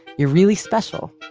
you're really special